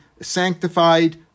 sanctified